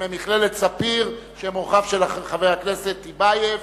ממכללת "ספיר", שהם אורחיו של חבר הכנסת טיבייב.